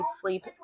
sleep